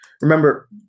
Remember